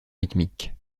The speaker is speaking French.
rythmique